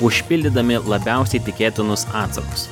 užpildydami labiausiai tikėtinus atsakus